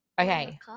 Okay